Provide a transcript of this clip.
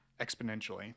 exponentially